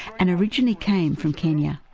and originally came from kenya.